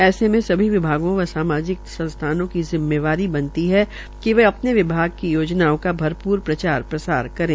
ऐसे भी सभी विभागों व सामाजिक संस्थाओं की जिम्मेदारी बनती है कि वे अपने विभाग की योजनाओ का भरपूर प्रचार प्रसार करे